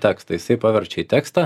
tekstą jisai paverčia tekstą